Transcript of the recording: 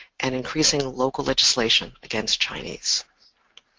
and increasing local legislation against chinese.